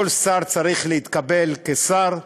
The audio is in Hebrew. כל שר צריך להתקבל כשר,